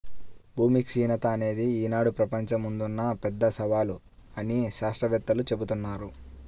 భూమి క్షీణత అనేది ఈనాడు ప్రపంచం ముందున్న పెద్ద సవాలు అని శాత్రవేత్తలు జెబుతున్నారు